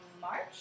March